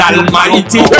Almighty